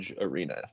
Arena